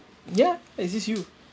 ya it's just you